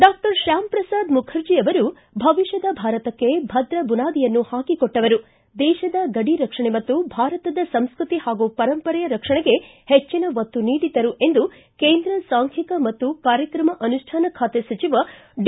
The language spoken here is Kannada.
ಡಾಕ್ಟರ್ ಶ್ವಾಮ್ಪ್ರಸಾದ್ ಮುಖರ್ಜಿ ಅವರು ಭವಿಷ್ಣದ ಭಾರತಕ್ಷೆ ಭದ್ರ ಬುನಾದಿಯನ್ನು ಪಾಕಿ ಕೊಟ್ಟವರು ದೇಶದ ಗಡಿ ರಕ್ಷಣೆ ಮತ್ತು ಭಾರತದ ಸಂಸ್ಟತಿ ಹಾಗೂ ಪರಂಪರೆಯ ರಕ್ಷಣೆಗೆ ಹೆಚ್ಚಿನ ಒತ್ತು ನೀಡಿದ್ದರು ಎಂದು ಕೇಂದ್ರ ಸಾಂಖ್ಯಿಕ ಮತ್ತು ಕಾರ್ಯಕ್ರಮ ಅನುಷ್ಯಾನ ಖಾತೆ ಸಚಿವ ಡಿ